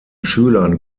schülern